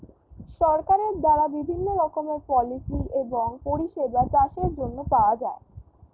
সরকারের দ্বারা বিভিন্ন রকমের পলিসি এবং পরিষেবা চাষের জন্য পাওয়া যায়